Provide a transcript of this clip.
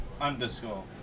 underscore